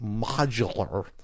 modular